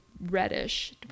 reddish